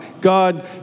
God